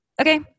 okay